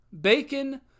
bacon